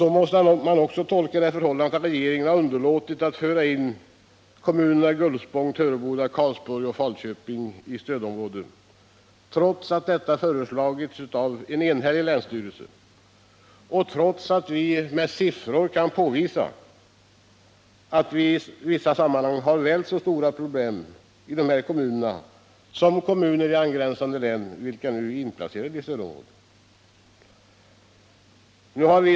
Så måste man också tolka det förhållandet att regeringen har underlåtit att föra in kommunerna Gullspång, Töreboda, Karlsborg och Falköping i stödområden, trots att detta föreslagits av en enhällig länsstyrelse och trots att vi med siffror kan påvisa att dessa kommuner har väl så stora problem som kommuner i angränsande län, vilka nu är inplacerade i stödområde.